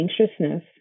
anxiousness